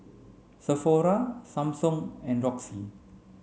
Sephora Samsung and Roxy